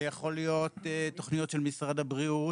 זה יכול להיות תוכניות של משרד הבריאות.